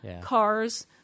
cars